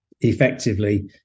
effectively